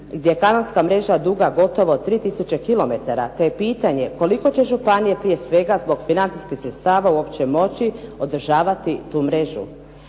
gdje je kanalska mreža duga gotovo 3 tisuće kilometara, te je pitanje koliko će županije prije svega zbog financijskih sredstava uopće moći održavati tu mrežu.